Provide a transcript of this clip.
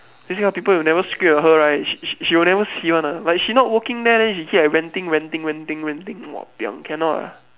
this kind of people you never scream at her right she she she will never see one ah like she not working meh then she keep like ranting ranting ranting ranting wah piang cannot ah